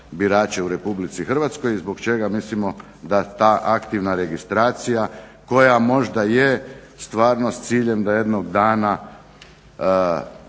u RH i zbog čega mislimo da ta aktivna registracija koja možda je stvarno s ciljem da jednog dana